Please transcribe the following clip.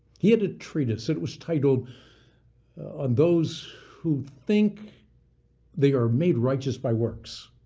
he had a treatise it was titled on those who think they are made righteous by works